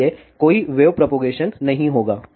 इसलिए कोई wave propagation नहीं होगा